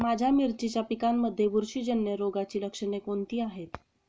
माझ्या मिरचीच्या पिकांमध्ये बुरशीजन्य रोगाची लक्षणे कोणती आहेत?